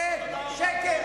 זה שקר.